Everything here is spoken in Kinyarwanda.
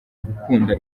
gukunda